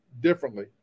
differently